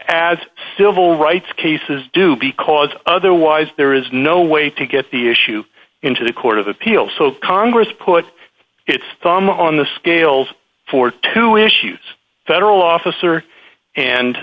as civil rights cases do because otherwise there is no way to get the issue into the court of appeal so congress put its thumb on the scales for two issues federal officer